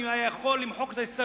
אם הוא היה יכול למחוק את ההסתדרות,